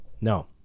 no